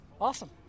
Awesome